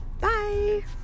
Bye